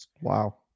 Wow